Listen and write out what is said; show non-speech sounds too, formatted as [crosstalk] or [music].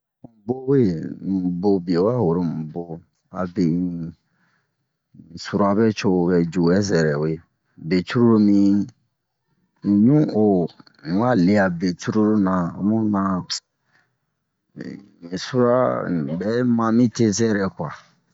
Mu bo uwe mu bo bu'ɛ o wa woro mu bo [noise] abe in in sura bɛ co bɛ juwɛ zɛrɛ uwe be cruru mi un ɲu'o un wa le'a be cruru na omu na [hesitation] in sura bɛ ma mi te zɛrɛ kwa